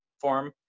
form